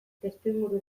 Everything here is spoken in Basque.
testuinguru